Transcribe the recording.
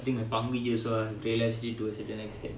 I think to a certain extent